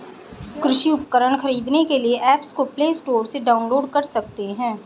कृषि उपकरण खरीदने के लिए एप्स को प्ले स्टोर से डाउनलोड कर सकते हैं